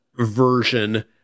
version